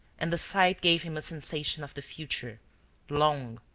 and the sight gave him a sensation of the future long,